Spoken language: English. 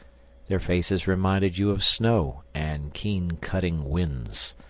their faces reminded you of snow and keen cutting winds,